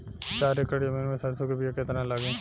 चार एकड़ जमीन में सरसों के बीया कितना लागी?